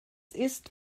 ist